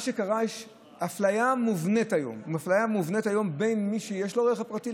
מה שקרה הוא שיש אפליה מובנית היום לטובת מי שיש לו רכב פרטי,